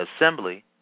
assembly